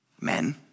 men